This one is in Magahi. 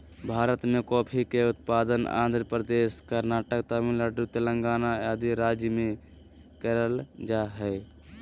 भारत मे कॉफी के उत्पादन आंध्र प्रदेश, कर्नाटक, तमिलनाडु, तेलंगाना आदि राज्य मे करल जा हय